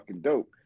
dope